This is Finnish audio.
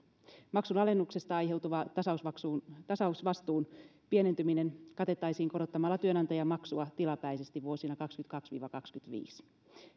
maksunalennuksesta aiheutuva tasausvastuun tasausvastuun pienentyminen katettaisiin korottamalla työnantajamaksua tilapäisesti vuosina kaksikymmentäkaksi viiva kaksikymmentäviisi